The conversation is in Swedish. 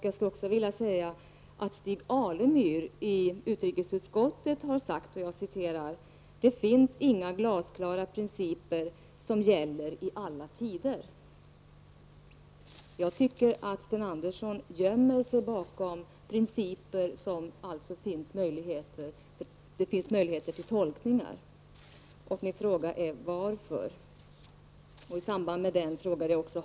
Jag skulle också vilja påminna om att Stig Alemyr i utrikesutskottet har sagt ”det finns inga glasklara principer som gäller i alla tider”. Jag tycker att Sten Andersson gömmer sig bakom principer som det finns möjligheter att göra tolkningar av. Min fråga är: Varför?